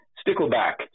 stickleback